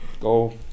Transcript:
Go